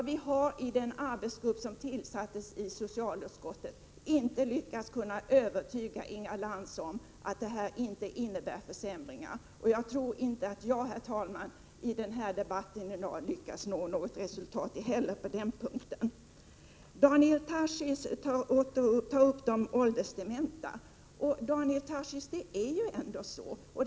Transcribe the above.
Vi har i den arbetsgrupp som tillsattes i socialutskottet inte lyckats övertyga Inga Lantz om att de föreslagna statsbidragsreglerna inte innebär försämringar. Jag tror inte att jag, herr talman, heller i den här debatten lyckas nå något resultat på den punkten. Daniel Tarschys tar upp de åldersdementas situation.